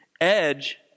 Edge